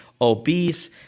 obese